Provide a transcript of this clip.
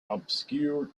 obscure